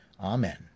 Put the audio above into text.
Amen